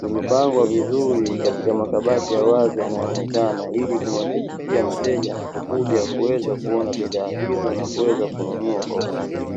Zimepangwa vizuri katika makabati ya wazi yanayoonekana ili kumwepesishia mteja anapokuja, kuweza kuona bidhaa hizo na kuweza kununua kwa urahisi.